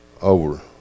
over